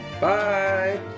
Bye